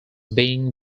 being